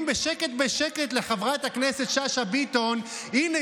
בשקט בשקט לחברת הכנסת שאשא ביטון: הינה,